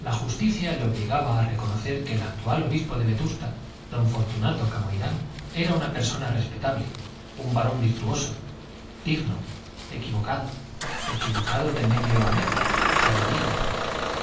la justicia le obligaba a reconocer que el actual obispo de vetusta don fortunato camoirán era una persona respetable un varón virtuoso digno equivocado equivocado de medio a medio pero digno